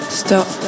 stop